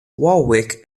warwick